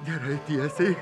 gerai tiesiai